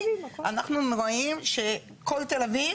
אנחנו רואים שכל תל אביב